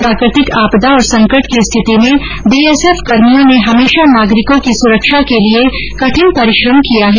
प्राकृतिक आपदा और संकट की स्थिति में बी एस एफ कर्मियों ने हमेशा नागरिकों की सुरक्षा के लिए कठिन परिश्रम किया है